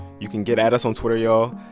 you can get at us on twitter, y'all.